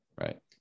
right